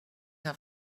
our